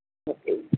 okay